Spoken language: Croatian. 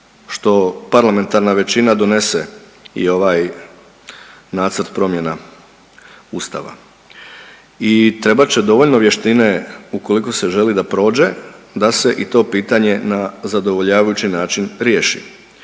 što parlamentarna većina donese i ovaj nacrt promjena ustava i trebat će dovoljno vještine ukoliko se želi da prođe da se i to pitanje na zadovoljavajući način riješi,